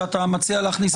שאתה מציע להכניס את זה.